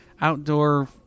Outdoor